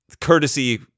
courtesy